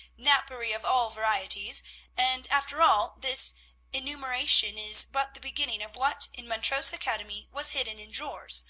napery of all varieties and, after all, this enumeration is but the beginning of what in montrose academy was hidden in drawers,